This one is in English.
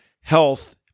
Health